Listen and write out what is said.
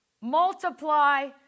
multiply